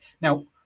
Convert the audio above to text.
now